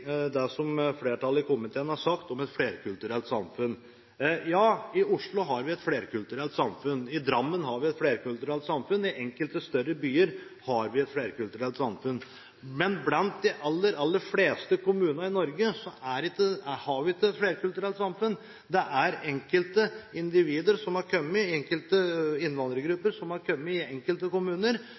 det som flertallet i komiteen har sagt om et flerkulturelt samfunn. Ja, i Oslo har vi et flerkulturelt samfunn, i Drammen har vi et flerkulturelt samfunn, og i enkelte større byer har vi et flerkulturelt samfunn, men i de aller, aller fleste kommuner i Norge har vi ikke et flerkulturelt samfunn. Det er enkelte individer som har kommet, og enkelte innvandrergrupper som har kommet i enkelte